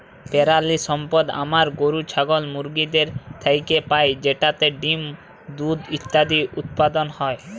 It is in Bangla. পেরালিসম্পদ আমরা গরু, ছাগল, মুরগিদের থ্যাইকে পাই যেটতে ডিম, দুহুদ ইত্যাদি উৎপাদল হ্যয়